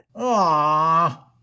Aww